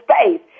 space